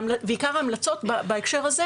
עיקר ההמלצות בהקשר הזה,